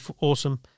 awesome